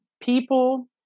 people